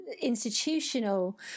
institutional